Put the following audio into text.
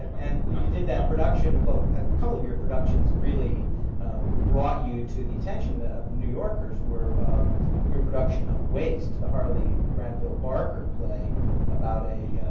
and you did that production well, a couple of your productions really brought you to the attention ah of new yorkers were your production of waste, the harley granville barker play about a